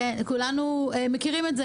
כולנו מכירים את זה